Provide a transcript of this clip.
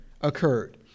occurred